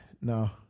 No